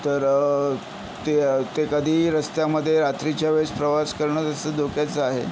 तर ते ते कधीही रस्त्यामध्ये रात्रीच्या वेळेस प्रवास करणं तसं धोक्याचं आहे